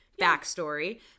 backstory